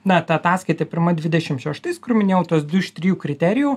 na ta ataskaita pirma dvidešim šeštais kur minėjau tuos du iš trijų kriterijų